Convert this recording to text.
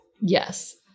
Yes